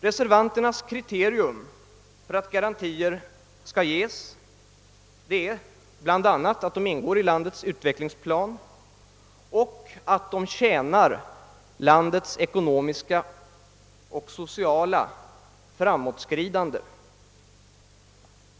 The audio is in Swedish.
Reservanternas kriterium för att garantier skall ges är bl.a. att investeringarna ingår i landets utvecklingsplan och tjänar landets ekonomiska och sociala framåtskridande.